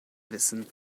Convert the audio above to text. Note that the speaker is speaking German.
wissen